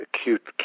acute